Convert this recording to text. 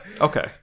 okay